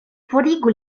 forigu